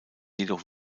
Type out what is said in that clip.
jedoch